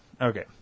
Okay